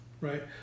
right